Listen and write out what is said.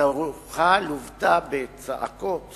התהלוכה לוותה בצעקות